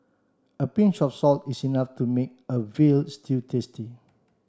a pinch of salt is enough to make a veal stew tasty